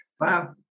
Wow